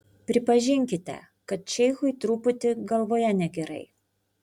pripažinkite kad šeichui truputį galvoje negerai